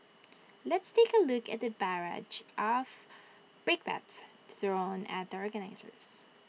let's take A look at the barrage of brickbats thrown at the organisers